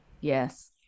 Yes